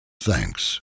thanks